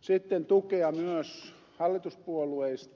sitten tukea myös hallituspuolueista